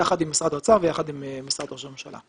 יחד עם משרד האוצר ויחד עם משרד ראש הממשלה.